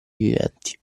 viventi